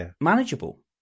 manageable